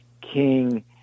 King